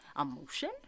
emotion